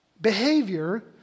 Behavior